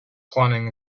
planning